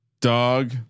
dog